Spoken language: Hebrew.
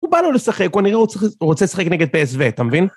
הוא בא לו לשחק, הוא נראה שהוא רוצה לשחק נגד PSV, אתה מבין?